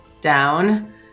down